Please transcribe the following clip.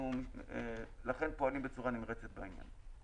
ואנחנו לכן פועלים בצורה נמרצת בעניין.